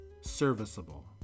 serviceable